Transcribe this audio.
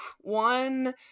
one